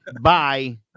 Bye